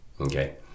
Okay